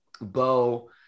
Bo